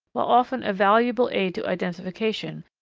while often a valuable aid to identification,